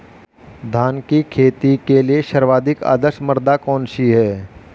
धान की खेती के लिए सर्वाधिक आदर्श मृदा कौन सी है?